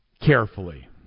carefully